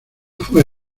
fue